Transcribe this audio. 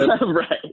right